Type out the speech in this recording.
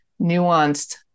nuanced